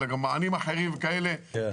אלא גם מענים כאלה ואחרים,